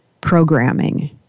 programming